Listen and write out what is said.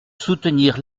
soutenir